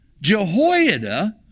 Jehoiada